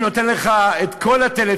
אני נותן לך את כל התל,